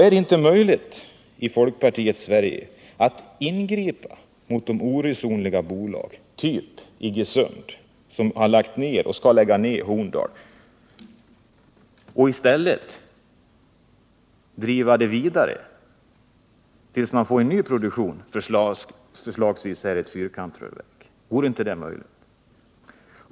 Är det inte möjligt i folkpartiets Sverige att ingripa mot de oresonliga bolagen, så att t.ex. Iggesund som skall lägga ned Horndal i stället driver det vidare tills man får ny produktion, förslagsvis ett fyrkantrörverk? 6.